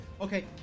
Okay